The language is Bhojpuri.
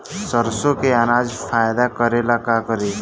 सरसो के अनाज फायदा करेला का करी?